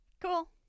Cool